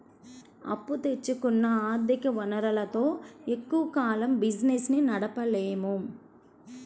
అప్పు తెచ్చుకున్న ఆర్ధిక వనరులతో ఎక్కువ కాలం బిజినెస్ ని నడపలేము